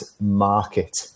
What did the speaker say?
market